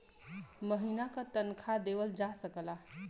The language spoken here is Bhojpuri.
महीने का तनखा देवल जा सकला